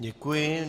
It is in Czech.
Děkuji.